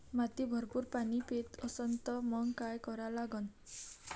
माती भरपूर पाणी पेत असन तर मंग काय करा लागन?